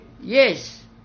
Yes